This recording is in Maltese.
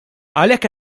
għalhekk